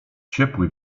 ciepły